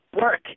work